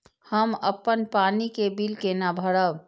हम अपन पानी के बिल केना भरब?